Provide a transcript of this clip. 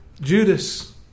Judas